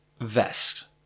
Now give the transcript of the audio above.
vest